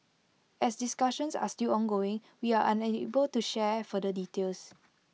as discussions are still ongoing we are unable to share further details